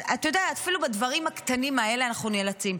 אתה יודע, אפילו בדברים הקטנים האלה אנחנו נאלצים.